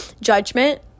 judgment